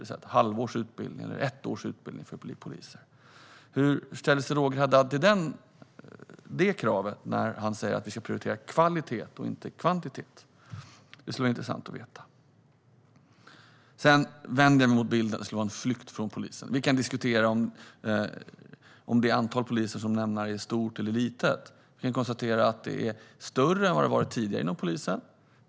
Utbildningen för att bli polis skulle vara på ett halvår eller ett år. Hur ställer sig Roger Haddad till det kravet, när han säger att vi ska prioritera kvalitet och inte kvantitet? Det skulle vara intressant att få veta det. Jag vänder mig emot bilden av att det är en flykt från polisen. Vi kan diskutera om antalet poliser som lämnar är stort eller litet. Antalet är större än tidigare inom polisen.